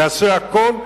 נעשה הכול,